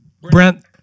brent